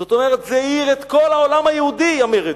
זאת אומרת, זה העיר את כל העולם היהודי, המרד,